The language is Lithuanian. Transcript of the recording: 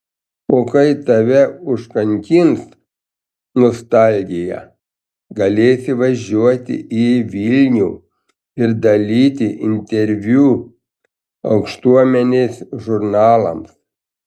o kai tave užkankins nostalgija galėsi važiuoti į vilnių ir dalyti interviu aukštuomenės žurnalams